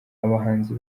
abahanzi